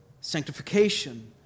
sanctification